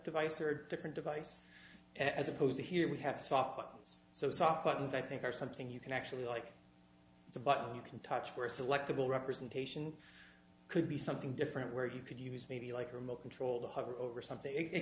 device or a different device as opposed to here we have sockets so soft buttons i think are something you can actually like it's a button you can touch where selectable representation could be something different where you could use maybe like a remote control that hover over something it